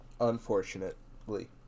unfortunately